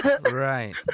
right